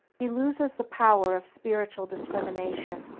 he loses the power of spiritual discrimination,